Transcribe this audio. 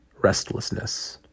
Restlessness